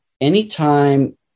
anytime